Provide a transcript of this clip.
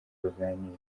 baganire